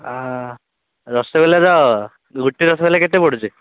ରସଗୋଲା ଗୋଟେ ରସଗୋଲା କେତେ ପଡ଼ୁଛି